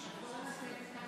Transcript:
אנחנו נכריז עכשיו על הפסקה,